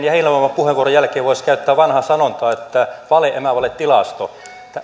ja heinäluoman puheenvuoron jälkeen voisi käyttää vanhaa sanontaa vale emävale tilasto